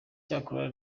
cyakora